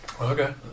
Okay